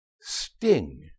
Sting